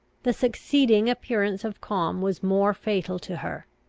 the succeeding appearance of calm was more fatal to her.